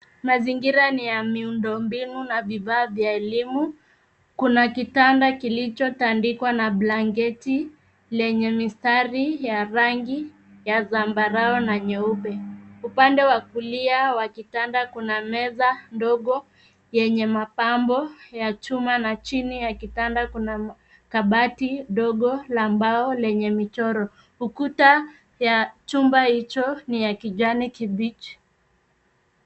Mazingira ni ya miundombinu na vifaa vya elimu. Kuna kitanda kilichotandikwa kwa blanketi lenye mistari ya rangi ya zambarau na nyeupe. Upande wa kulia wa kitanda kuna meza ndogo yenye mapambo ya chuma na chini ya kitanda kuna kabati dogo la mbao lenye michoro. Ukuta wa chumba hicho ni wa kijani kibichi.